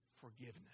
forgiveness